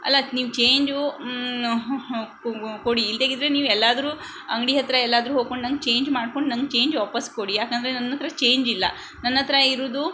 ಅಲ್ಲ ನೀವು ಚೇಂಜೂ ಕೊಡಿ ಇಲ್ದೆಯಿದ್ರೆ ನೀವು ಎಲ್ಲಾದರೂ ಅಂಗಡಿ ಹತ್ತಿರ ಎಲ್ಲಾದರೂ ಹೋಕೊಂಡು ನಂಗೆ ಚೇಂಜ್ ಮಾಡ್ಕೊಂಡು ನಂಗೆ ಚೇಂಜ್ ವಾಪಸ್ ಕೊಡಿ ಯಾಕಂದರೆ ನನ್ನಹತ್ರ ಚೇಂಜಿಲ್ಲ ನನ್ನಹತ್ರ ಇರೋದು